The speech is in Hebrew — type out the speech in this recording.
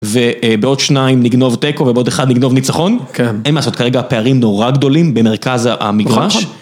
ובעוד שניים נגנוב תיקו, ובעוד אחד נגנוב ניצחון. כן. אין מה לעשות, כרגע פערים נורא גדולים במרכז המגרש.